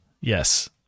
Yes